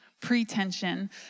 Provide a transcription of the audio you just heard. pretension